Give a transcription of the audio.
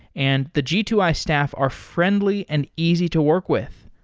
and the g two i staff are friendly and easy to work with.